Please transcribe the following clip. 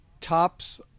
tops